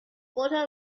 posa